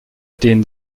den